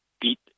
beat